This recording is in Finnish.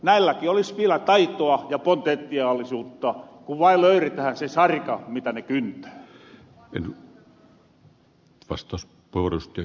näilläkin olis vielä taitoa ja potentiaalisuutta ku vain löyretähän se sarka mitä ne kyntää